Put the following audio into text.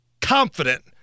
confident